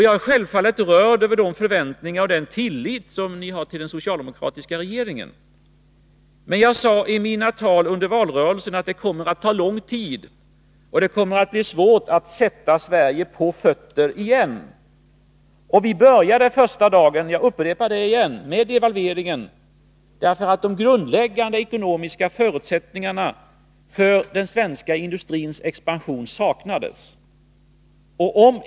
Jag är självfallet rörd över era förväntningar på och er tillit till den socialdemokratiska regeringen. Men redan under mina tal i valrörelsen sade jag att det kommer att ta lång tid och bli svårt att på nytt sätta Sverige på fötter. Låt mig upprepa att vi redan första dagen efter vårt tillträde devalverade kronan. Grundläggande ekonomiska förutsättningar för den svenska industrins expansion saknades nämligen.